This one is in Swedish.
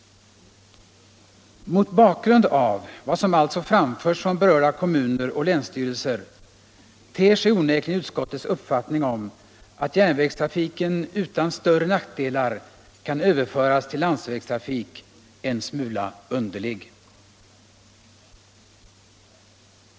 Mot bakgrund av vad som alltså framförts från berörda kommuner och länsstyrelser ter sig onekligen utskottets uppfattning att järnvägstrafiken utan större nackdelar kan överföras till landsvägstrafik en smula underlig.